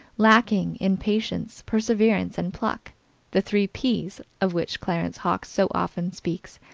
lacking in patience, perseverance and pluck the three p's of which clarence hawkes so often speaks,